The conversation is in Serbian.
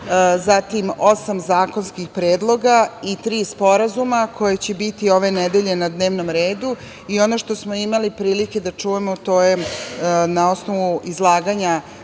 zatim osam zakonskih predloga i tri sporazuma koji će biti ove nedelje na dnevnom redu. Ono što smo imali prilike da čujemo to je, na osnovu izlaganja